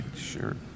Sure